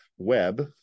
web